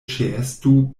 ĉeestu